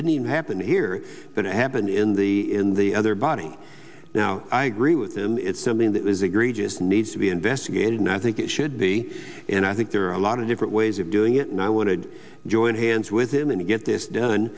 didn't happen here but it happened in the in the other body now i agree with and it's something that was egregious needs to be investigated and i think it should be and i think there are a lot of different ways of doing it and i wanted to join hands with him and get this done